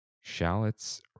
shallots